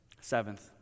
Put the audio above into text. Seventh